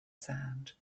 sand